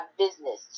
business